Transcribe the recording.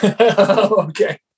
Okay